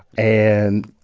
and,